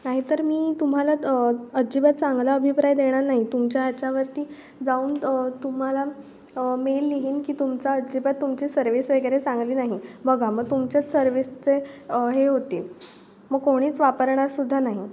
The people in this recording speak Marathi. नाहीतर मी तुम्हाला अजिबात चांगला अभिप्राय देणार नाही तुमच्या याच्यावरती जाऊन तुम्हाला मेल लिहीन की तुमचा अजिबात तुमची सर्विस वगैरे चांगली नाही बघा मग तुमच्याच सर्विसचे हे होती मग कोणीच वापरणार सुद्धा नाही